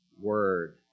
word